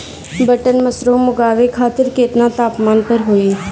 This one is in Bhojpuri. बटन मशरूम उगावे खातिर केतना तापमान पर होई?